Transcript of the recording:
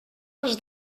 dels